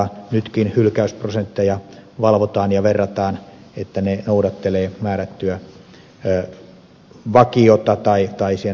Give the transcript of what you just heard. nytkin hylkäysprosentteja valvotaan ja verrataan että ne noudattelevat määrättyä vakiota tai ovat sen vakion sisällä